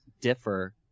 differ